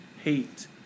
Hate